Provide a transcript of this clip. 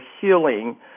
healing